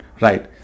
right